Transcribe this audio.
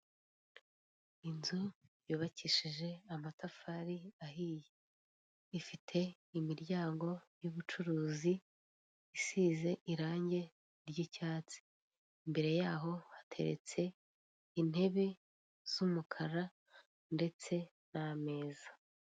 Inzu yubakishije amatafari ahiye ifite imiryango y'ubucuruzi, isize irange ry'icyatsi. Imbere yaho hateteretse intebe z'umukara ndetse n'ameza.